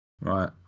Right